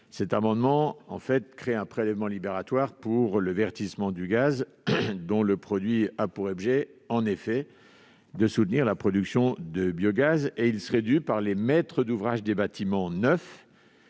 tendent à créer un prélèvement libératoire pour le verdissement du gaz, dont le produit a pour objet de soutenir la production de biogaz. Celui-ci serait dû par les maîtres d'ouvrage des bâtiments neufs